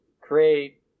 create